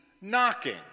knocking